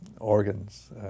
organs